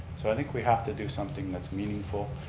so i think we have to do something that's meaningful.